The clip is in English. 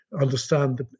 understand